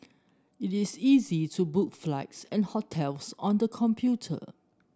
it is easy to book flights and hotels on the computer